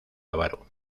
avaro